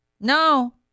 No